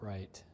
Right